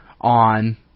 on